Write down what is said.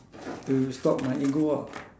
to stop my ego ah